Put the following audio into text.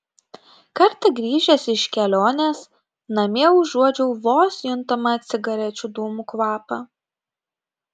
kartą grįžęs iš kelionės namie užuodžiau vos juntamą cigarečių dūmų kvapą